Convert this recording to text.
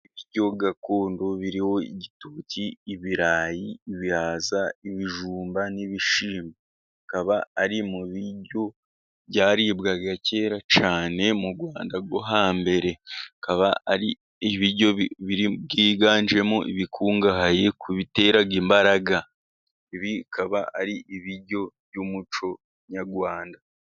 Ibiryo gakondo biriho igitoki, ibirayi, ibihaza, ibijumba n'ibishyimbo. Bikaba ari mu biryo byaribwaga kera cyane mu Rwanda rwo hambere. bikaba ari ibryo byiganjemo ibikungahaye ku bitera imbaraga, bikaba ari ibiryo by'umuco nyarwanda.